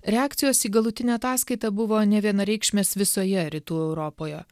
reakcijos į galutinę ataskaitą buvo nevienareikšmės visoje rytų europoje